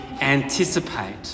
anticipate